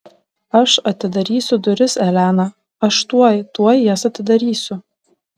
aš atidarysiu duris elena aš tuoj tuoj jas atidarysiu